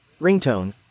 Ringtone